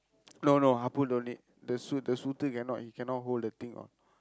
no no Appu don't need the shoe ~ the சூத்து:suuththu cannot he cannot hold the thing all